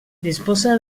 disposa